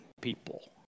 people